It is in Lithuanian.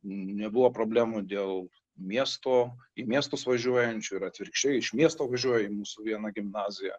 nebuvo problemų dėl miesto į miestus važiuojančių ir atvirkščiai iš miesto važiuoja į mūsų vieną gimnaziją